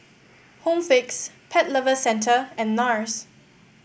Home Fix Pet Lovers Centre and NARS